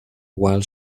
while